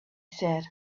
said